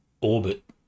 orbit